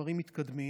ודברים מתקדמים.